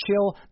chill